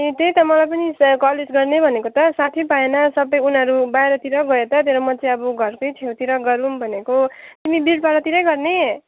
ए त्यही त मलाई पनि कलेज गर्ने भनेको त साथी पाएन सबै उनीहरू बाहिरतिर गयो त त्यही भएर म चाहिँ अब घरकै छेउतिर गरौँ भनेको तिमी बिरपाडातिरै गर्ने